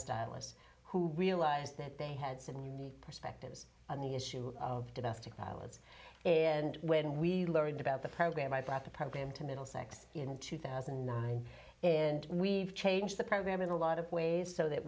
stylists who realized that they had some unique perspectives on the issue of domestic violence and when we learned about the program i brought the program to middlesex in two thousand and nine and we've changed the program in a lot of ways so that